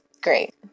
Great